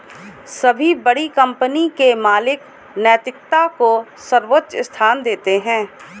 सभी बड़ी कंपनी के मालिक नैतिकता को सर्वोच्च स्थान देते हैं